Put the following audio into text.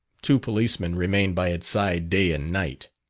two policemen remain by its side day and night.